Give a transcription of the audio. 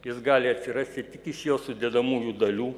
jis gali atsirasti tik iš jo sudedamųjų dalių